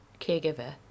caregiver